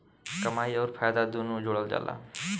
कमाई अउर फायदा दुनू जोड़ल जला